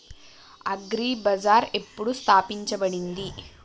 Agri బజార్ ఎప్పుడు స్థాపించబడింది?